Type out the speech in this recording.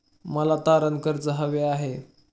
मला तारण कर्ज हवे आहे